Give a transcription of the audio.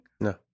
No